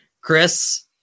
Chris